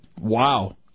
Wow